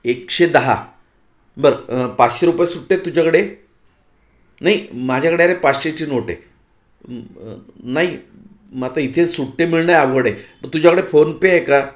एकशे दहा बरं पाचशे रुपये सुटे आहेत तुझ्याकडे नाही माझ्याकडे अरे पाचशेची नोट आहे नाही मग आता इथे सुटे मिळणे आवघड आहे तुझ्याकडे फोनपे आहे का